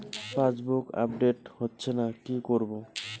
Passbook update হচ্ছেনা কি করবো?